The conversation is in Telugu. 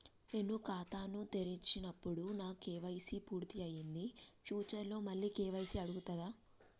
నేను ఖాతాను తెరిచినప్పుడు నా కే.వై.సీ పూర్తి అయ్యింది ఫ్యూచర్ లో మళ్ళీ కే.వై.సీ అడుగుతదా?